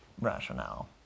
rationale